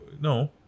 no